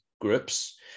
groups